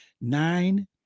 nine